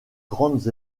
grandes